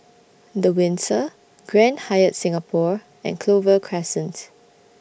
The Windsor Grand Hyatt Singapore and Clover Crescent